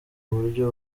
buryo